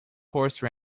horse